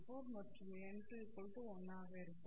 44 மற்றும் n2 1 ஆக இருக்கும்